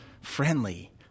friendly